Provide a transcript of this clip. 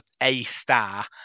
A-star